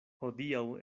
hodiaŭ